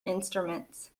instruments